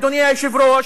אדוני היושב-ראש,